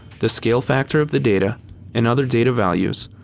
the scale factor of the data and other data values,